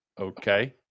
okay